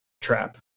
trap